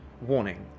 Warning